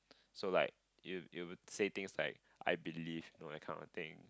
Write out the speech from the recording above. so like if you say things like I believe know that kind of thing